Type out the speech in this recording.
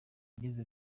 yagize